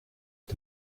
est